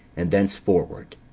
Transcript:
and thence forward.